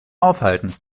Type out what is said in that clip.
aufhalten